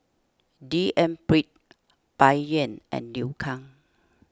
D N Pritt Bai Yan and Liu Kang